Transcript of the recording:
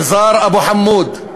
ניזאר אבו חמוד,